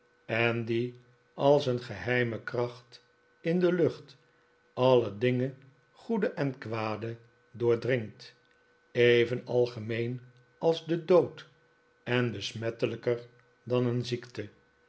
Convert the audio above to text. en die als een geheime kracht in de lucht alle dingen goede en kwade doordringt even algemeen als de dood en besmettelijker dan een ziekte